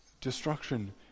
Destruction